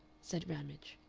said ramage.